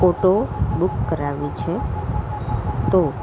auto book કરાવવી છે તો